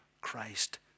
Christ